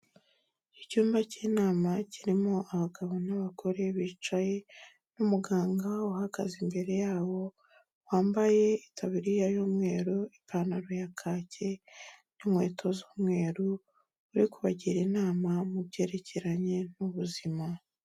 Icyumba cy'inama kirimo abagabo n'abagore bicaye n'umuganga uhagaze imbere yabo wambaye itabuririya y'umweru ipantaro ya kake n'inkweto z'umweru uri kubagira inama mu byerekeranye n'ubuzima.